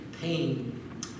pain